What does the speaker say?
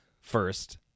first